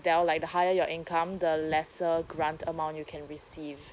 tell like the higher your income the lesser grant amount you can receive